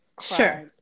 Sure